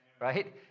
right